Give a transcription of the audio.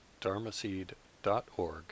dharmaseed.org